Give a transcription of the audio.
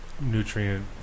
nutrient